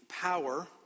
power